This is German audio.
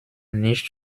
nicht